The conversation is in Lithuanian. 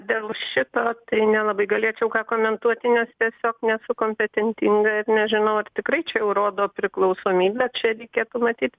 dėl šito tai nelabai galėčiau ką komentuoti nes tiesiog nesu kompetentinga ir nežinau ar tikrai čia jau rodo priklausomybę čia reikėtų matyt